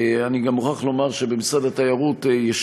אני גם מוכרח לומר שבמשרד התיירות יש